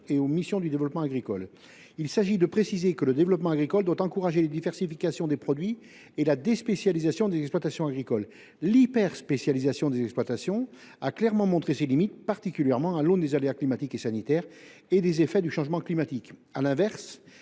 en précisant que le développement agricole, dont cet article définit les missions, doit encourager la diversification des produits et la déspécialisation des exploitations agricoles. L’hyperspécialisation des exploitations a clairement montré ses limites, particulièrement à l’aune des aléas climatiques et sanitaires ainsi que des effets du changement climatique.